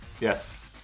Yes